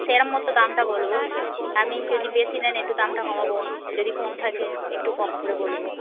সেরকম মতো দামটা বলব আপনি যদি বেশি নেন একটু দামটা কমাব যদি কম থাকে একটু কম করে বলব